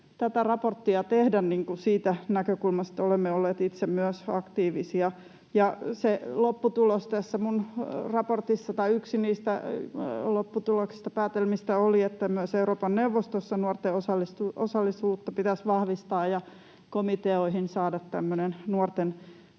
tätä raporttia tehdä. Siitä näkökulmasta olemme olleet myös itse aktiivisia. Ja se lopputulos tässä minun raportissani — tai yksi niistä lopputuloksista, päätelmistä — oli, että myös Euroopan neuvostossa nuorten osallisuutta pitäisi vahvistaa ja komiteoihin saada tämmöinen